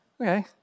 okay